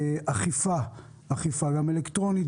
אכיפה - גם אכיפה אלקטרונית,